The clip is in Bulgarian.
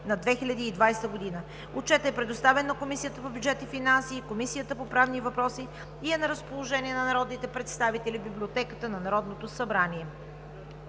на 2020 г. Отчетът е предоставен на Комисията по бюджет и финанси и на Комисията по правни въпроси и е на разположение на народните представители в Библиотеката на Народното събрание.